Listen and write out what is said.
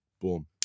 Boom